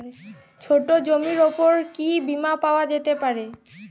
ছোট জমির উপর কি বীমা পাওয়া যেতে পারে?